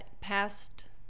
past